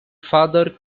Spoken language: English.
father